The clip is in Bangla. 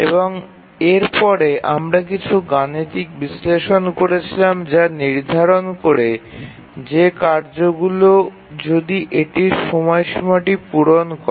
এবং এরপরে আমরা কিছু গাণিতিক বিশ্লেষণ করেছিলাম যা নির্ধারণ করে যে কার্যগুলি যদি এটির সময়সীমাটি পূরণ করে